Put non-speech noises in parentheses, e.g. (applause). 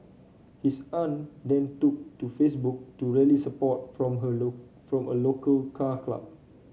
his aunt then took to Facebook to rally support from her (unintelligible) from a local car club